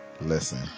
listen